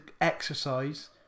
exercise